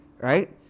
right